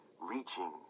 reaching